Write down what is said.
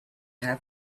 half